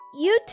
YouTube